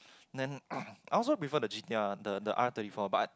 then I also prefer the G_T_R the the R thirty four but